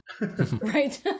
Right